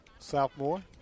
Southmore